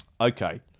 Okay